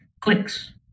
clicks